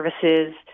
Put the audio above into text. services